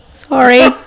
Sorry